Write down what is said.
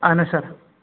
اَہَن حظ سَر